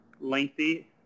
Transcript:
lengthy